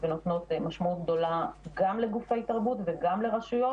ונותנות משמעות גדולה גם לגופי תרבות וגם לרשויות.